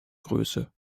größe